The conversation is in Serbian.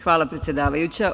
Hvala, predsedavajuća.